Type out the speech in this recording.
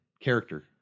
character